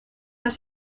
las